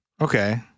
Okay